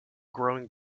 growing